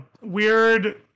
weird